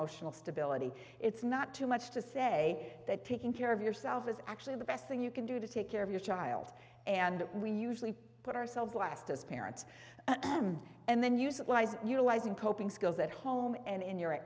emotional stability it's not too much to say that taking care of yourself is actually the best thing you can do to take care of your child and we usually put ourselves last as parents and then use lies utilizing coping skills at home and in your